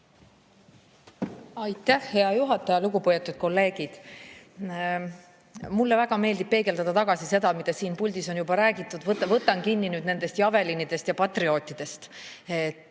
Aitäh, hea juhataja! Lugupeetud kolleegid! Mulle väga meeldib peegeldada tagasi seda, mida siin puldis on juba räägitud. Võtan kinni nendest Javelinidest ja Patriotidest.